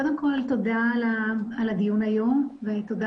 קודם כל תודה על הדיון היום ותודה